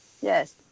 Yes